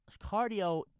cardio